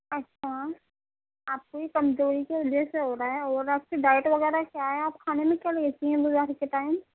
اچھا آپ کو یہ کمزوری کی وجہ سے ہو رہا ہے اور آپ کی ڈائٹ وغیرہ کیا ہے آپ کھانے میں کیا لیتی ہیں بیماری کے ٹائم